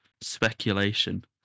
speculation